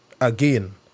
Again